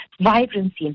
Vibrancy